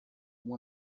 uma